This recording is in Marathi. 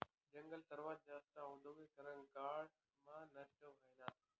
जंगल सर्वात जास्त औद्योगीकरना काळ मा नष्ट व्हयनात